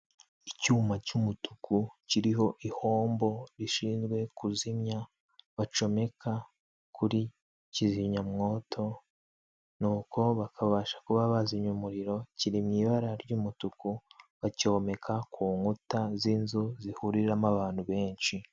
Icyuma cy'umutuku kiriho ihombo rishinzwe kuzimya, bacomeka kuri kizimyamwoto, nuko bakabasha kuba bazimya umuriro, kiri mu ibara ry'umutuku, bacyomeka ku nkuta z'inzu zihuriramo abantu benshi.